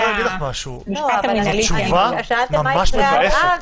אני רוצה להגיד לך משהו: זאת תשובה ממש מבאסת.